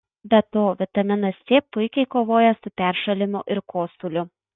be to vitaminas c puikiai kovoja su peršalimu ir kosuliu